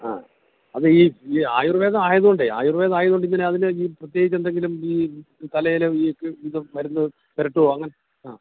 ആ അത് ഈ ഈ ആയുർവേദം ആയത് കൊണ്ടേ ആയുർവേദം ആയത് കൊണ്ട് ഇങ്ങനെ അതിന് ഈ പ്രത്യേകിച്ച് എന്തെങ്കിലും ഈ തലയിലും ഈ ഇതും മരുന്നും പുരട്ടുമോ അങ്ങനെ ആ